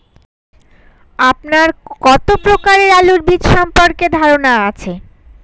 আপনার কত প্রকারের আলু বীজ সম্পর্কে ধারনা আছে?